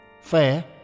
Fair